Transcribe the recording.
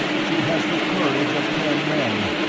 she has the courage of ten men.